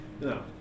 No